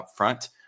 upfront